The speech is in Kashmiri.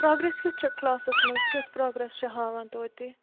پراگرٮ۪س کیُتھ چھُ کٕلاسس منٛز کیُتھ پراگرٮ۪س چھُ ہاوان توتہِ